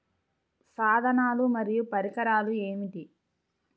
సాధనాలు మరియు పరికరాలు ఏమిటీ?